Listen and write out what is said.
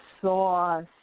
sauce